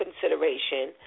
consideration